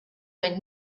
went